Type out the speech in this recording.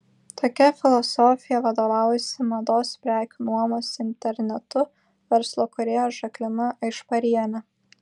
tokia filosofija vadovaujasi mados prekių nuomos internetu verslo kūrėja žaklina aišparienė